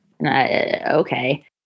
Okay